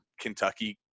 Kentucky